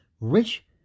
Rich